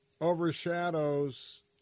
overshadows